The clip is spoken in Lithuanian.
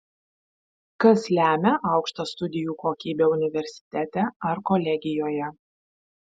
kas lemia aukštą studijų kokybę universitete ar kolegijoje